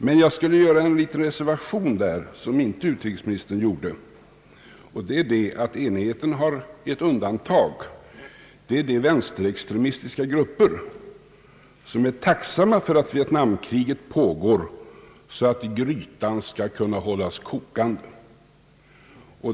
Men jag skulle vilja göra en liten reservation som utrikesministern inte gjorde, nämligen att enigheten har ett undantag: de vänsterextremistiska grupper som är tacksamma för att vietnam kriget pågår så att grytan skall kunna hållas kokande.